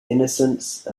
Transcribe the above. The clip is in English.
innocence